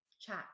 chat